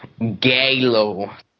Galo